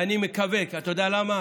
ואני מקווה, אתה יודע למה?